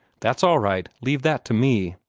that's all right. leave that to me,